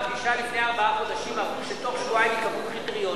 נקבעה פגישה לפני ארבעה חודשים ואמרו שבתוך שבועיים ייקבעו קריטריונים.